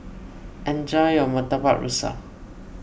enjoy your Murtabak Rusa